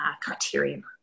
criterion